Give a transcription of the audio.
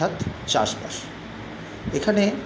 অর্থাৎ চাষ বাস এখানে